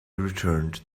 returned